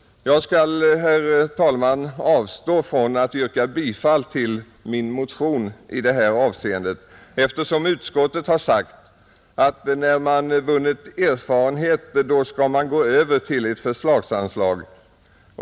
Jag skall, herr talman, avstå från att yrka bifall till min motion i detta avseende, eftersom utskottet har sagt att när man vunnit erfarenhet, då skall man gå över till ett förslagsanslag.